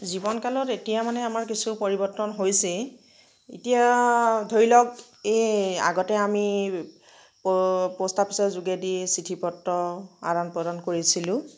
জীৱনকালত এতিয়া মানে আমাৰ কিছু পৰিৱৰ্তন হৈছেই এতিয়া ধৰি লওক এই আগতে আমি প প'ষ্ট অফিচৰ যোগেদি চিঠি পত্ৰ আদান প্ৰদান কৰিছিলোঁ